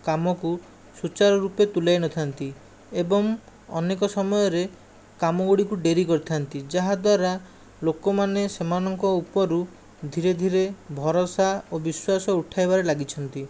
କାମକୁ ସୁଚାରୁରୂପେ ତୁଲାଇ ନଥାନ୍ତି ଏବଂ ଅନେକ ସମୟରେ କାମଗୁଡ଼ିକୁ ଡେରି କରିଥାନ୍ତି ଯାହାଦ୍ୱାରା ଲୋକମାନେ ସେମାନଙ୍କ ଉପରୁ ଧୀରେ ଧୀରେ ଭରସା ଓ ବିଶ୍ୱାସ ଉଠାଇବାରେ ଲାଗିଛନ୍ତି